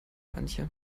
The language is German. antje